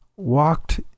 walked